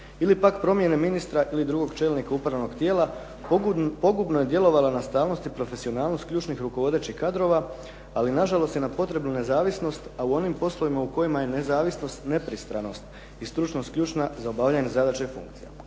ili pak promjene ministra ili drugog čelnika upravnog tijela pogubno je djelovanja na stalnost i profesionalnost ključnih rukovodećih kadrova ali nažalost i na potrebnu nezavisnost a u onim poslovima u kojima je nezavisnost, nepristranost i stručnost ključna za obavljanje zadaća i funkcija.".